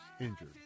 injured